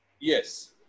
Yes